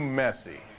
messy